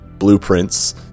blueprints